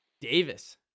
Davis